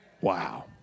Wow